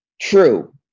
True